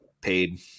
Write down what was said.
paid